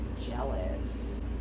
jealous